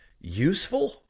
useful